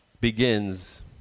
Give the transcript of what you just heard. begins